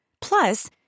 Plus